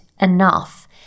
enough